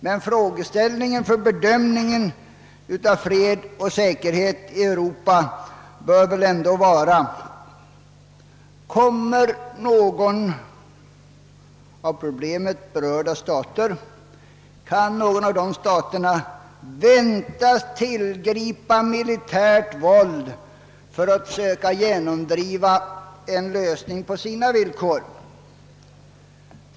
Den frågeställning som lägges till grund för bedömningen av frågan om fred och säkerhet i Europa bör emellertid ändå vara denna: Kan någon av de av problemet berörda staterna väntas tillgripa militärt våld för att söka genomdriva en lösning på sina villkor?